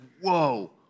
whoa